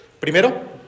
Primero